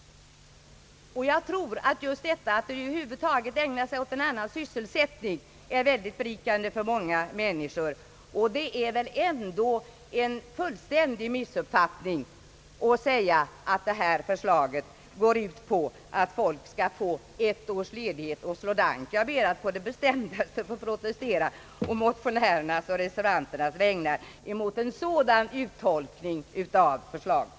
Att över huvud taget ägna sig åt en annan sysselsättning än det vanliga arbetet är mycket berikande för många människor. Det är väl ändå en fullständig missuppfattning att påstå att vårt förslag går ut på att människor skall få ett års ledighet för att slå dank. Jag ber att på det bestämdaste få protestera å motionärernas och reservanternas vägnar mot en sådan tolkning av förslaget.